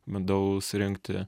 bandau surinkti